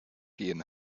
gehen